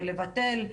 לבטל,